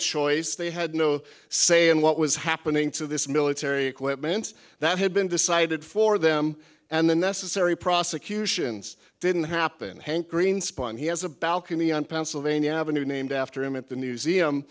choice they had no say in what was happening to this military equipment that had been decided for them and the necessary prosecutions didn't happen hank greenspun he has a balcony on pennsylvania avenue named after him at the newseum